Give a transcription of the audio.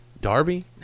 Darby